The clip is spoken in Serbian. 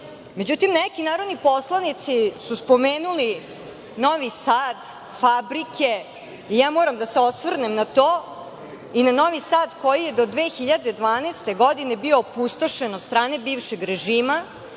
Međutim, neki narodni poslanici su spomenuli Novi Sad, fabrike. Moram da se osvrnem na to i na Novi Sad koji je do 2012. godine bio opustošen od strane bivšeg režima